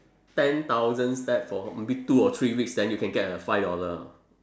ten thousand step for maybe two or three weeks then you can get a five dollar